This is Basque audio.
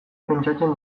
pentsatzen